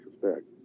suspect